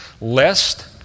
Lest